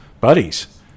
buddies